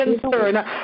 concerned